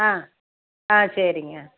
ஆ ஆ சரிங்க